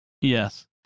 Yes